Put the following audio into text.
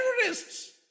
terrorists